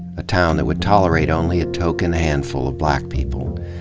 a town that would tolerate only a token handful of black people.